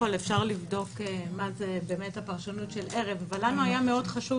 אפשר לבדוק מה הפרשנות של ערב, אבל לנו היה חשוב